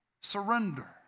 Surrender